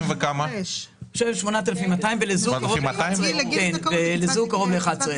8,200 ולזוג קרוב ל-11,000.